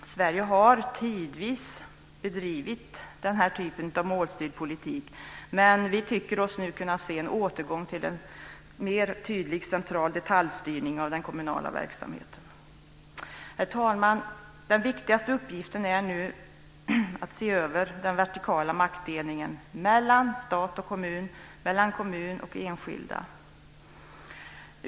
Sverige har tidvis bedrivit den här typen av målstyrd politik. Men vi tycker oss nu kunna se en återgång till en mer tydlig central detaljstyrning av den kommunala verksamheten. Herr talman! Den viktigaste uppgiften är nu att se över den vertikala maktdelningen mellan stat och kommun, mellan kommun och enskilda.